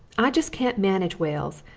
i just can't manage whales,